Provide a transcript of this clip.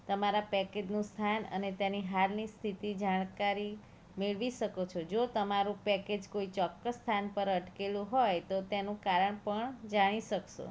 તમારા પેકેટનું સ્થાન અને તેની હાલની સ્થિતિ જાણકારી મેળવી શકો છો જો તમારું પેકેજ કોઈ ચોક્કસ સ્થાન પર અટકેલું હોય તો તેનું કારણ પણ જાણી શકશો